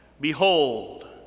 behold